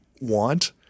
want